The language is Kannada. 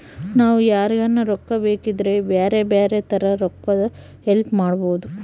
ನಾವು ಯಾರಿಗನ ರೊಕ್ಕ ಬೇಕಿದ್ರ ಬ್ಯಾರೆ ಬ್ಯಾರೆ ತರ ರೊಕ್ಕದ್ ಹೆಲ್ಪ್ ಮಾಡ್ಬೋದು